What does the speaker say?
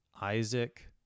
Isaac